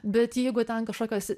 bet jeigu ten kažkokios